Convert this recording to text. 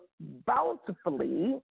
bountifully